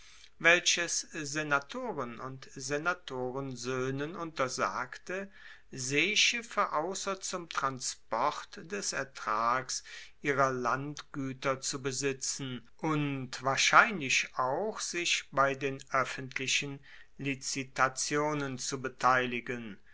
welches senatoren und senatorensoehnen untersagte seeschiffe ausser zum transport des ertrags ihrer landgueter zu besitzen und wahrscheinlich auch sich bei den oeffentlichen lizitationen zu beteiligen